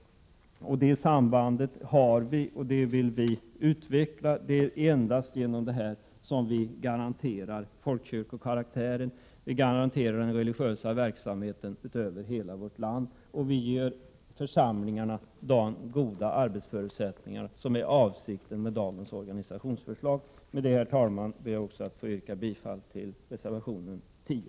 Ett sådant samband finns och det vill vi utveckla. Endast på detta sätt kan folkkyrkokaraktären och den religiösa verksamheten över hela vårt land garanteras. Dessutom får församlingarna de goda arbetsförutsättningar som var avsikten med dagens organisationsförslag. Med detta, herr talman, yrkar jag bifall även till reservation nr 10.